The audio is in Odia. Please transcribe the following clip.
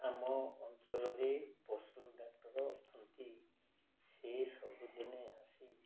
ଆମ ଅଞ୍ଚଳରେ ପଶୁ ଡାକ୍ଟର ଅଛନ୍ତି ସେ ସବୁଦିନେ ଆସି